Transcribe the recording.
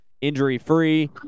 injury-free